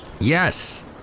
Yes